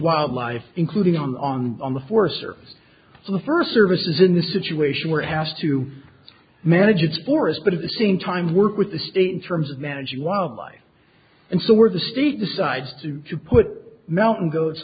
wildlife including on on on the forest service for the first services in the situation where it has to manage its forest but at the same time work with the state in terms of managing lovelife and so were the state decides to put mountain goats